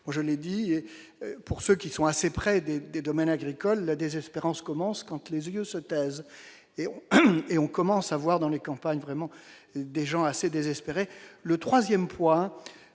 je l'ai dit, pour ceux qui sont assez près des des domaines agricoles la désespérance commence compte les yeux se taisent et on et on commence à voir dans les campagnes, vraiment des gens assez désespérée, le 3ème point